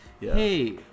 hey